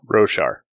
Roshar